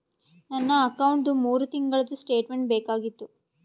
ನನ್ನ ಅಕೌಂಟ್ದು ಮೂರು ತಿಂಗಳದು ಸ್ಟೇಟ್ಮೆಂಟ್ ಬೇಕಾಗಿತ್ತು?